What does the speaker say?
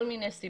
כל מיני סיבות.